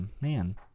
man